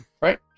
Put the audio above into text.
right